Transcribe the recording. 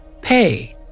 Pay